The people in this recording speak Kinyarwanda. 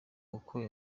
uko